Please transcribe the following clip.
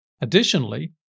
Additionally